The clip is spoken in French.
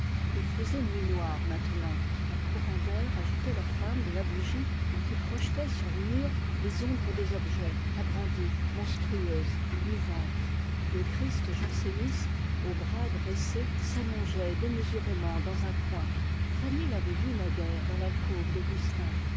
il faisait nuit maintenant un courant d'air agitait la flamme de la bougie qui projetait sur les murs les ombres des objets monstrueuses mouvantes le christ janséniste aux bras dressés s'allongeait démesurément fanny l'avait vu naguère dans l'alcôve d'augustin